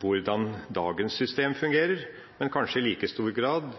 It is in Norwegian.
hvordan dagens system fungerer, men kanskje i like stor grad